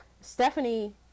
Stephanie